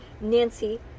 Nancy